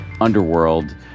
underworld